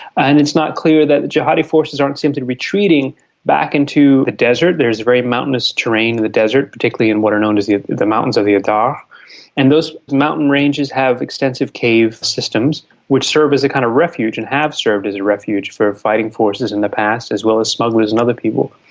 and it's not clear that the jihadi forces aren't simply retreating back into the desert there's very mountainous terrain in the desert, particularly in what are known as the the mountains of the adrar and those mountain ranges have extensive cave systems which serve as a kind of refuge and have served as a refuge for fighting forces in the past as well as smugglers and other people.